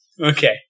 Okay